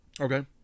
Okay